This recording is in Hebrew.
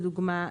לדוגמה,